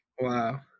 Wow